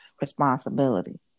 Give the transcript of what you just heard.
responsibility